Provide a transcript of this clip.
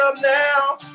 now